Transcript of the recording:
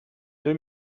deux